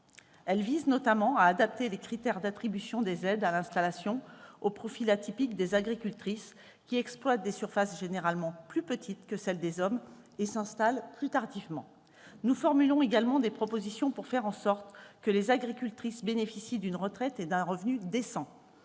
visent notamment à adapter les critères d'attribution des aides à l'installation au profil atypique des agricultrices, qui exploitent des surfaces généralement plus petites que les hommes et s'installent plus tardivement qu'eux. Nous formulons également des propositions pour faire en sorte que les agricultrices bénéficient d'une retraite et d'un revenu décents